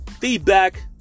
feedback